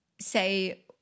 say